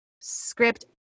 script